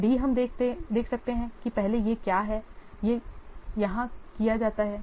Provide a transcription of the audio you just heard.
फिरD हम देख सकते हैं कि पहले ये क्या है यह यहाँ किया जाता है